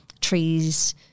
trees